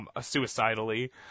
suicidally